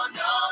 no